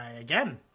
again